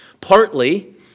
Partly